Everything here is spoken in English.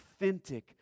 authentic